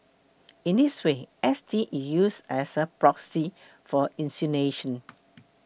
in this way S T is used as a proxy for insinuation